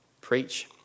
preach